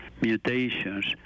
mutations